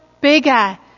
bigger